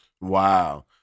Wow